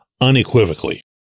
unequivocally